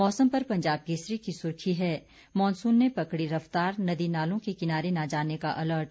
मौसम पर पंजाब केसरी की सुर्खी है मानसून ने पकड़ी रफतार नदी नालों के किनारे न जाने का अलर्ट